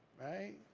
right?